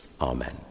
Amen